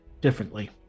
differently